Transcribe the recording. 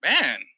man